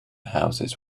houses